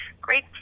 great